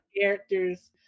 characters